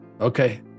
Okay